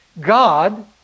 God